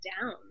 down